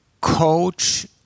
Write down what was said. coach